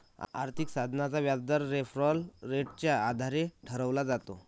आर्थिक साधनाचा व्याजदर रेफरल रेटच्या आधारे ठरवला जातो